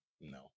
no